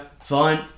fine